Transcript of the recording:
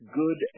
good